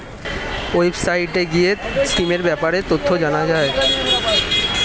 ওয়েবসাইটে গিয়ে স্কিমের ব্যাপারে তথ্য জানা যায়